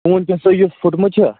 phone چھُ سُہ یُس فُٹمُت چھِ